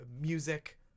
music